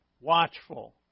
watchful